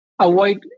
avoid